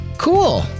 cool